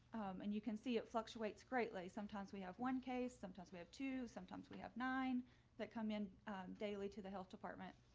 and you can see it fluctuates greatly. sometimes we have one case, sometimes we have to sometimes we have nine that come in daily to the health department.